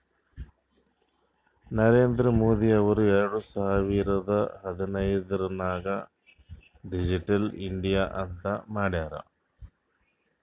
ನರೇಂದ್ರ ಮೋದಿ ಅವ್ರು ಎರಡು ಸಾವಿರದ ಹದಿನೈದುರ್ನಾಗ್ ಡಿಜಿಟಲ್ ಇಂಡಿಯಾ ಅಂತ್ ಮಾಡ್ಯಾರ್